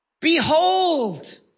behold